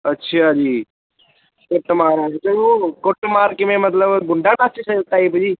ਅੱਛਿਆ ਜੀ ਕੁੱਟ ਮਾਰ ਵਾਲਾ ਚਲੋ ਕੁੱਟ ਮਾਰ ਕਿਵੇਂ ਮਤਲਬ ਗੁੰਡਾ ਟਾਈਪ ਜੀ